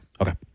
Okay